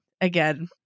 again